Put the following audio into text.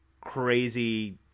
crazy